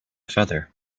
feather